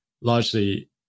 largely